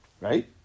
Right